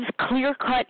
clear-cut